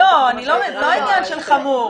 לא עניין של חמור.